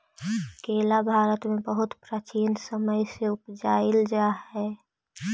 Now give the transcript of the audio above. केला भारत में बहुत प्राचीन समय से उपजाईल जा हई